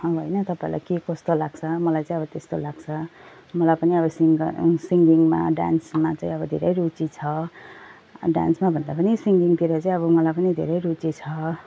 अब होइन तपाईँलाई के कस्तो लाग्छ मलाई चाहिँ अब त्यस्तो लाग्छ मलाई पनि अब सिङ्गर सिङ्गिङमा डान्समा अब धेरै रुचि छ डान्समा भन्दा पनि सिङ्गिङतिर चाहिँ अब मलाई पनि धेरै रुचि छ